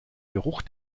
geruch